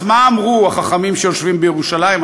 אז מה אמרו החכמים שיושבים בירושלים?